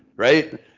Right